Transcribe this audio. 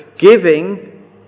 giving